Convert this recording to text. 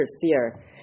fear